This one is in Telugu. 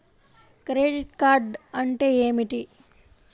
క్రెడిట్ కార్డ్ అంటే ఏమిటి?